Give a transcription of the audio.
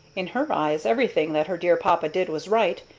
in her eyes everything that her dear papa did was right,